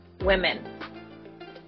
women